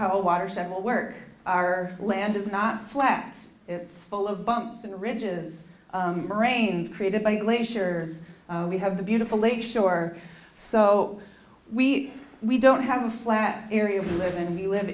how water several work our land is not flats it's full of bumps in the ridges brains created by glaciers we have the beautiful lake shore so we we don't have a flat area we live in you live